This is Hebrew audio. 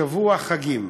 שבוע חגים.